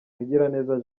mugiraneza